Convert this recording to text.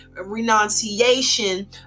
renunciation